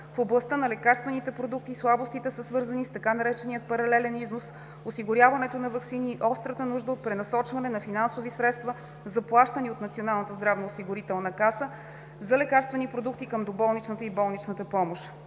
В областта на лекарствените продукти слабостите са свързани с така наречения паралелен износ, осигуряването на ваксини и острата нужда от пренасочването на финансови средства, заплащани от Националната здравноосигурителна каса за лекарствени продукти към доболничната и болничната помощ.